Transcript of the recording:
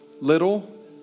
little